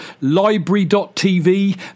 library.tv